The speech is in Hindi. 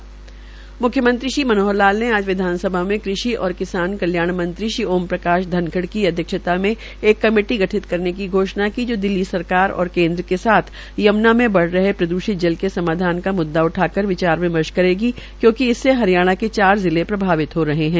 म्ख्यमंत्री श्री मनोहर लाल ने आज विधानसभा में कृषि और किसान कल्याण मंत्री श्री ओम प्रकाश धनखड़ की अध्यक्षता मे एक कमेटी गठित करने की घोषणा की जो दिल्ली सरकार और केन्द्र के साथ यम्ना में बढ़ रहे प्रदूषित जल के समाधान का म्द्दा उठाकर विचार विमर्श करेगी क्योकि इससे हरियाणा के चार जिले प्रभावित हो रहे है